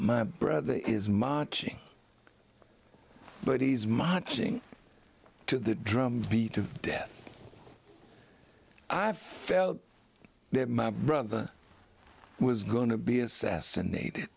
my brother is marching but he's marching to the drum beat to death i felt that my brother was going to be assassinated